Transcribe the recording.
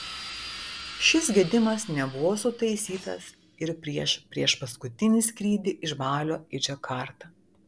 šis gedimas nebuvo sutaisytas ir prieš priešpaskutinį skrydį iš balio į džakartą